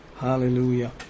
hallelujah